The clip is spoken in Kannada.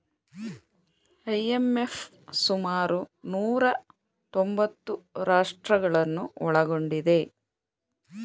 ಐ.ಎಂ.ಎಫ್ ಸುಮಾರು ನೂರಾ ತೊಂಬತ್ತು ರಾಷ್ಟ್ರಗಳನ್ನು ಒಳಗೊಂಡಿದೆ